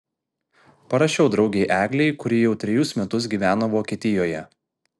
parašiau draugei eglei kuri jau trejus metus gyveno vokietijoje